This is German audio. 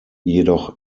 jedoch